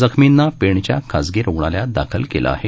जखमींना पेणच्या खाजगी रूग्णालयात ाखल केलं आहे